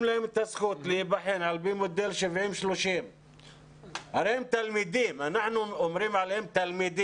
להם את הזכות להבחן על פי מודל 70-30. הרי אנחנו אומרים עליהם 'תלמידים',